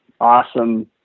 awesome